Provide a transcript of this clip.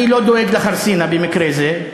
אני לא דואג לחרסינה במקרה זה,